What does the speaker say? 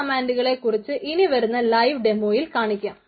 ഈ കമാൻഡുകളെ കുറിച്ച് ഇനിവരുന്ന ലൈവ് ഡെമോയിൽ കാണിക്കാം